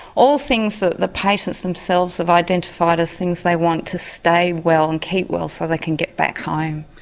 all the things the the patients themselves have identified as things they want to stay well and keep well so they can get back home.